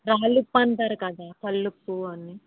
రాళ్ళు ఉప్పు అంటారు కదా కళ్ళు ఉప్పు అని